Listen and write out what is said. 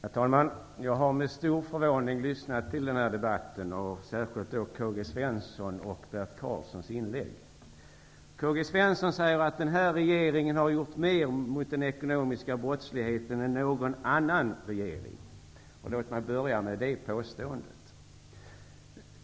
Herr talman! Jag har med stor förvåning lyssnat på den här debatten, särskilt till K-G Svensons och K-G Svenson säger att den här regeringen har gjort mer åt den ekonomiska brottsligheten än någon annan regering. Låt mig börja med det påståendet.